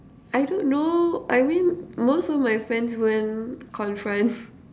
I don't know I mean most of my friends won't confront